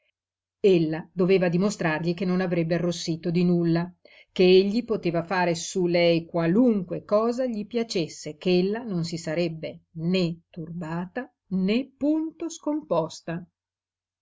doveva dimostrargli che non avrebbe arrossito di nulla che egli poteva fare su lei qualunque cosa gli piacesse ch'ella non si sarebbe né turbata né punto scomposta